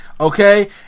Okay